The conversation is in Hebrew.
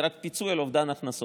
זה רק פיצוי על אובדן הכנסות,